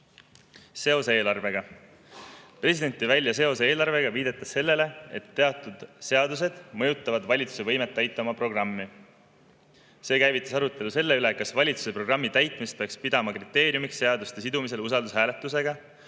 Seos eelarvega. President tõi välja seose eelarvega, viidates sellele, et teatud seadused mõjutavad valitsuse võimet täita oma programmi. See käivitas arutelu selle üle, kas valitsuse programmi täitmist peaks pidama kriteeriumiks seaduste sidumisel usaldushääletusega